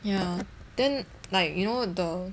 ya then like you know the